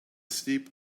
steep